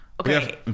Okay